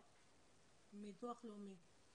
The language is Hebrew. דרך הביטוח הלאומי,